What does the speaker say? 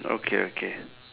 okay okay